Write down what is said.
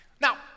Now